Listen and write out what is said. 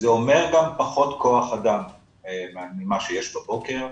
וזה אומר גם קצת פחות כח אדם ממה שיש בבוקר.